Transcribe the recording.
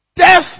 Death